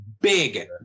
Big